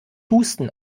husten